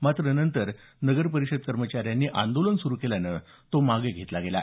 मात्र नंतर नगरपरिषद कर्मचाऱ्यांनी आंदोलन सुरू केल्यानं तो मागे घेतला गेला